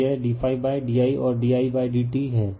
तो यह d d i और d i d t है